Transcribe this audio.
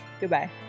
Goodbye